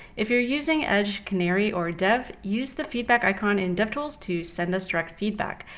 if you're using edge canary or dev use the feedback icon in devtools to send us direct feedback.